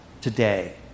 today